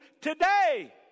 today